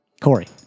Corey